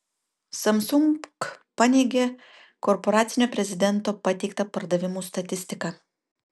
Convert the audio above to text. samsung paneigė korporacinio prezidento pateiktą pardavimų statistiką